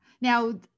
Now